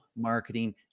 marketing